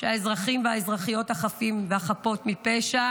שהאזרחים והאזרחיות החפים והחפות מפשע